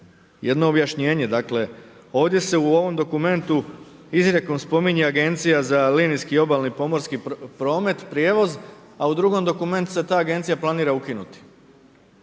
jedno objašnjenje, dakle, ovdje se u ovom dokumentu, izrekom spominje Agencija za linijsku obalni pomorski promet, prijevoz, a u drugom dokumentu se ta agencija planira ukinuti.